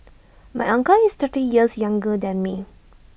my uncle is thirty years younger than me